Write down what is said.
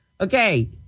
Okay